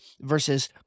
versus